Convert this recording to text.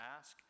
ask